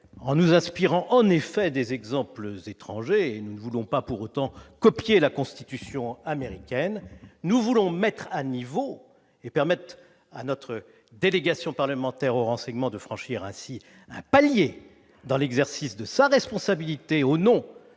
en nous inspirant en effet des exemples étrangers, sans pour autant copier la constitution américaine, nous voulons mettre à niveau le contrôle parlementaire et permettre à notre délégation parlementaire au renseignement de franchir ainsi un palier dans l'exercice de sa responsabilité au nom